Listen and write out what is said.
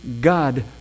God